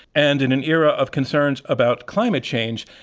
and in an era of concern about climate change,